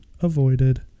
avoided